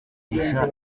ibintu